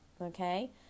okay